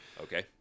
Okay